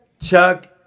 Chuck